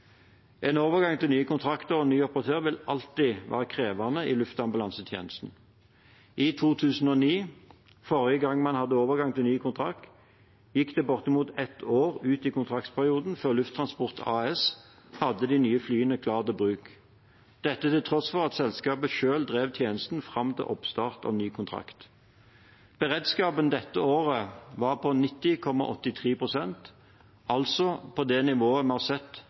En overgang til nye kontrakter og ny operatør vil alltid være krevende i luftambulansetjenesten. I 2009, forrige gang man hadde overgang til ny kontrakt, gikk det bortimot ett år ut i kontraktsperioden før Lufttransport AS hadde de nye flyene klare til bruk – dette til tross for at selskapet selv drev tjenesten fram til oppstart av ny kontrakt. Beredskapen dette året var på 90,83 pst., altså på det nivået vi har sett